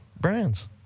brands